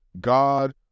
God